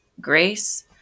grace